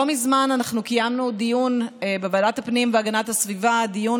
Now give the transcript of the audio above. לא מזמן אנחנו קיימנו בוועדת הפנים והגנת הסביבה דיון